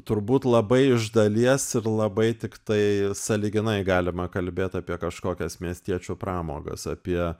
turbūt labai iš dalies ir labai tiktai sąlyginai galima kalbėt apie kažkokias miestiečių pramogas apie